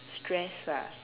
stress bah